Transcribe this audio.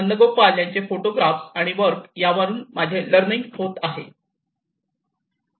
नंदगोपाल यांचे फोटोग्राफ्स आणि वर्क यावरून माझे लर्निंग होत आहे